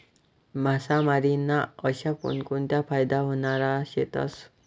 मासामारी ना अशा कोनकोनता फायदा व्हनारा शेतस?